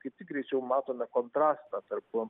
kaip tik greičiau matome kontrastą tarp